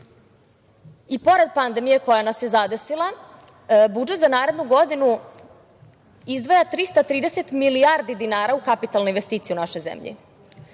pored pandemije koja nas je zadesila budžet za narednu godinu izdvaja 330 milijardi dinara u kapitalne investicije u našoj zemlji.